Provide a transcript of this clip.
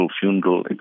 funeral